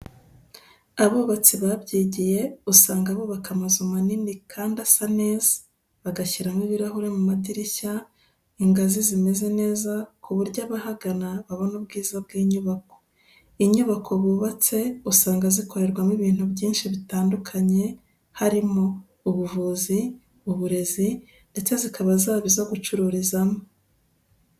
Abubatsi babyigiye usanga bubaka amazu manini kandi asa neza, bagashyiramo ibirahure mu madirishya, ingazi zimeze neza ku buryo abahagana babona ubwiza bw'inyubako. Inyubako bubatse usanga zikorerwamo ibintu byinshi bitandukanye harimo ubuvuzi, uburezi, ndetse zikaba zaba izo gucururizamo.